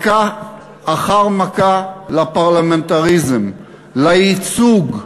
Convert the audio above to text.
מכה אחר מכה לפרלמנטריזם, לייצוג,